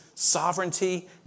sovereignty